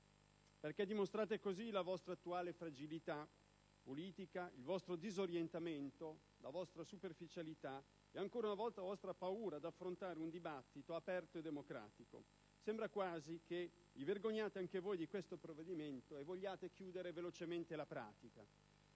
perché dimostrate così la vostra attuale fragilità politica, il vostro disorientamento, la vostra superficialità e ancora una volta la vostra paura ad affrontare un dibattito aperto e democratico. Sembra quasi che vi vergogniate anche voi di questo provvedimento e vogliate chiudere velocemente la pratica!